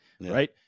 right